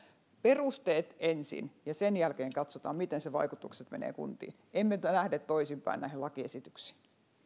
perusteet ensin ja sen jälkeen katsotaan miten sen vaikutukset menevät kuntiin emmekä lähde toisinpäin näihin lakiesityksiin